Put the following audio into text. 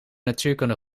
natuurkunde